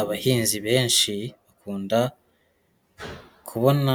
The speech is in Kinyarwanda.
Abahinzi benshi bakunda kubona